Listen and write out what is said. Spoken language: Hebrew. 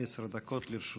מי